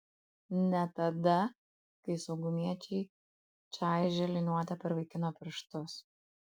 ne tada kai saugumiečiai čaižė liniuote per vaikino pirštus